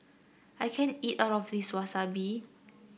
I can't eat all of this Wasabi